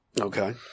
Okay